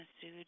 sued